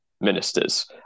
ministers